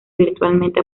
virtualmente